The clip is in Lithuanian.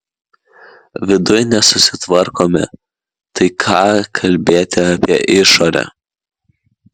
viduj nesusitvarkome tai ką kalbėti apie išorę